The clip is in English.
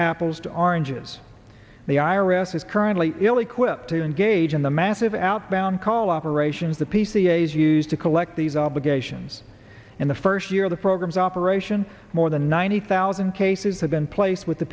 apples to oranges the i r s is currently ill equipped to engage in the massive outbound call operations the p c a is used to collect these obligations in the first year of the program's operation more than ninety thousand cases have been placed with the